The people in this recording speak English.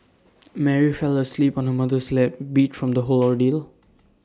Mary fell asleep on her mother's lap beat from the whole ordeal